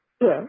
Yes